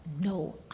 no